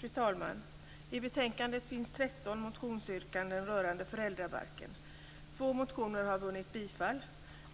Fru talman! I betänkandet finns 13 motionsyrkanden rörande föräldrabalken. Två motioner har vunnit bifall.